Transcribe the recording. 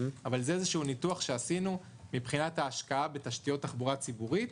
אבל זה ניתוח שעשינו מבחינת ההשקעה שלנו בתשתיות תחבורה ציבורית,